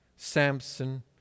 Samson